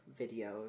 videos